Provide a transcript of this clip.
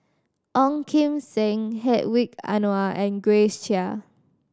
Ong Kim Seng Hedwig Anuar and Grace Chia